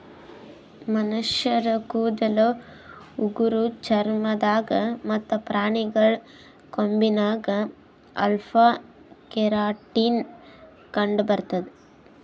ಮನಶ್ಶರ್ ಕೂದಲ್ ಉಗುರ್ ಚರ್ಮ ದಾಗ್ ಮತ್ತ್ ಪ್ರಾಣಿಗಳ್ ಕೊಂಬಿನಾಗ್ ಅಲ್ಫಾ ಕೆರಾಟಿನ್ ಕಂಡಬರ್ತದ್